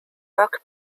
work